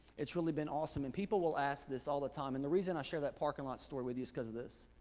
it's really been awesome. and people will ask this all the time and the reason i shared that parking lot story with us is cause of this,